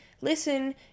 listen